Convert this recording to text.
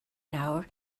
nawr